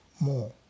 more